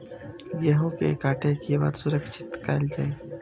गेहूँ के काटे के बाद सुरक्षित कायल जाय?